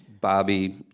bobby